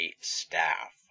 staff